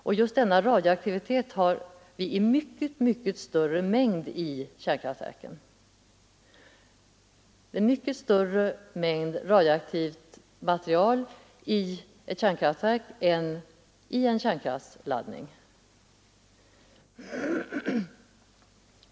Och just denna radioaktivitet har vi i mycket större mängd i kärnkraftverken än i atombomben — det är mycket större mängd radioaktivt material i ett kärnkraftverk än i en kärnkraftladdning.